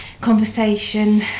conversation